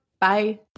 Bye